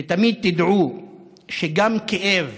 ותמיד תדעו שגם כאב